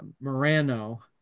Morano